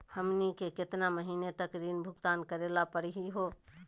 हमनी के केतना महीनों तक ऋण भुगतान करेला परही हो?